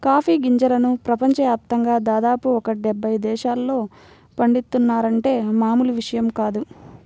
coffee గింజలను ప్రపంచ యాప్తంగా దాదాపు ఒక డెబ్బై దేశాల్లో పండిత్తున్నారంటే మామూలు విషయం కాదు